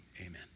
amen